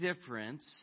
difference